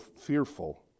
fearful